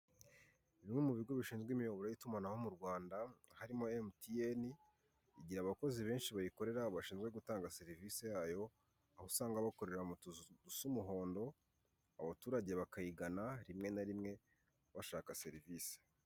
Bimwe mubigo bishinzwe imiyoboro w'itumanaho mu Rwanda, harimo emutiyeni, igira abakozi benshi bayikorera bashinzwe gutanga serivise yayo aho usanga bakorera mutuzu dusa umuhondo, abaturage bakayigana rimwe na rimwe bashaka serivise.